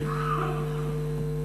בבקשה.